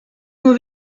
nur